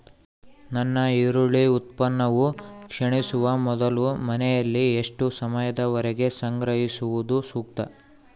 ನನ್ನ ಈರುಳ್ಳಿ ಉತ್ಪನ್ನವು ಕ್ಷೇಣಿಸುವ ಮೊದಲು ಮನೆಯಲ್ಲಿ ಎಷ್ಟು ಸಮಯದವರೆಗೆ ಸಂಗ್ರಹಿಸುವುದು ಸೂಕ್ತ?